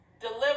deliver